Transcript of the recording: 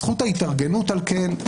זכות ההתארגנות, על כן,